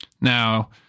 Now